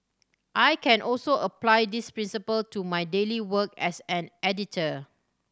I can also apply this principle to my daily work as an editor